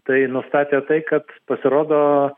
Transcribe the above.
tai nustatė tai kad pasirodo